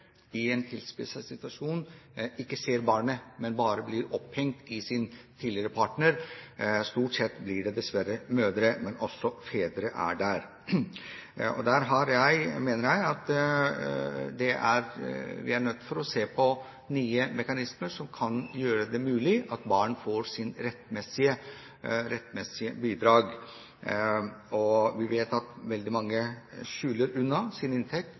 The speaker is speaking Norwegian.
i en tilspisset situasjon ikke ser barnet, men bare blir opphengt i sin tidligere partner. Stort sett blir det dessverre snakk om mødre, men også fedre er der. Jeg mener at vi er nødt til å se på nye mekanismer som kan gjøre det mulig for barn å få sitt rettmessige bidrag. Vi vet at veldig mange skjuler sin inntekt